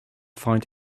find